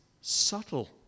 subtle